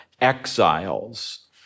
exiles